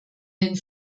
den